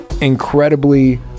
Incredibly